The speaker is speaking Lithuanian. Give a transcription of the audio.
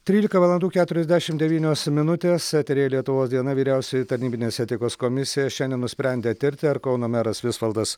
trylika valandų keturiasdešimt devynios minutės eteryje lietuvos diena vyriausioji tarnybinės etikos komisija šiandien nusprendė tirti ar kauno meras visvaldas